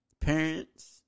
parents